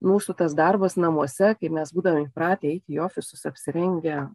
mūsų tas darbas namuose kaip mes būdavom įpratę eit į ofisus apsirengę